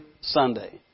Sunday